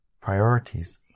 priorities